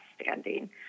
standing